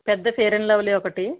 పెద్ద Fair and Lovely ఒకటి